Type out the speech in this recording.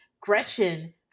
Gretchen